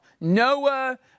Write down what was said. Noah